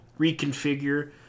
reconfigure